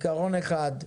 עיקרון אחד,